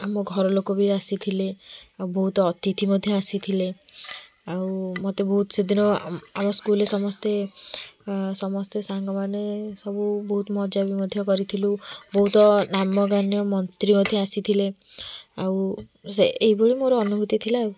ଆମ ଘର ଲୋକ ବି ଆସିଥିଲେ ବହୁତ ଅତିଥି ମଧ୍ୟ ଆସିଥିଲେ ଆଉ ମୋତେ ବହୁତ ସେଦିନ ଆମ ସ୍କୁଲ୍ରେ ସମସ୍ତେ ସମସ୍ତେ ସାଙ୍ଗମାନେ ସବୁ ବହୁତ ମଜା ମଧ୍ୟ କରିଥିଲୁ ବହୁତ ନାମଧାନ୍ୟ ମନ୍ତ୍ରୀ ମଧ୍ୟ ଆସିଥିଲେ ଆଉ ସେ ଏଇଭଳି ମୋର ଅନୁଭୂତି ଥିଲା ଆଉ